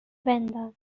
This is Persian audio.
بنداز